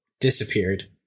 disappeared